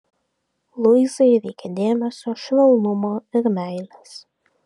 luizai reikia dėmesio švelnumo ir meilės